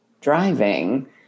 driving